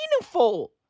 meaningful